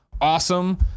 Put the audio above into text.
awesome